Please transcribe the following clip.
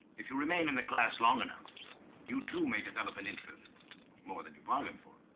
if you remain in the class long enough you too may develop an interest more than you bargained for